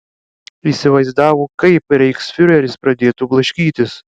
įsivaizdavo kaip reichsfiureris pradėtų blaškytis